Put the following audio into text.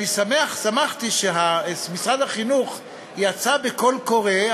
אני שמח ששמעתי שמשרד החינוך יצא בקול קורא,